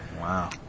Wow